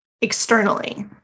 externally